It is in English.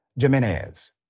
Jimenez